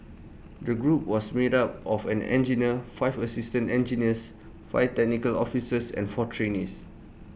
the group was made up of an engineer five assistant engineers five technical officers and four trainees